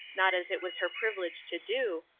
not as it was her privilege to do,